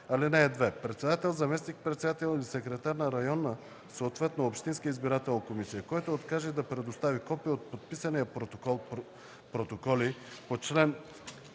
лв. (2) Председател, заместник-председател или секретар на районна, съответно общинска избирателна комисия, който откаже да предостави копие от подписания протокол (протоколи)